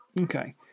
Okay